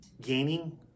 gaining